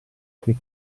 che